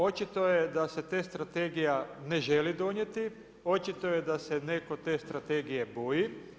Očito da se te strategija ne želi donijeti, očito je da se netko te strategije boji.